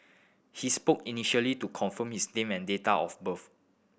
he spoke initially to confirm his name and date of birth